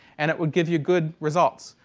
and it would give you good results.